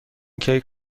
کیک